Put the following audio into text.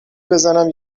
بزنم